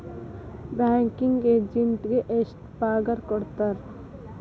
Banking ಎಜೆಂಟಿಗೆ ಎಷ್ಟ್ ಪಗಾರ್ ಕೊಡ್ತಾರ್?